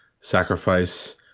Sacrifice